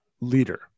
leader